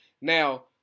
Now